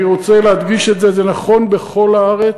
אני רוצה להדגיש את זה, זה נכון בכל הארץ,